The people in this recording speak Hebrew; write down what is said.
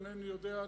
אינני יודע,